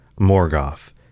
Morgoth